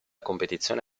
competizione